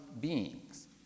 beings